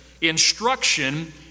instruction